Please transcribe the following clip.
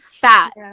fat